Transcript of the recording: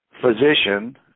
physician